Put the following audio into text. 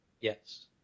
Yes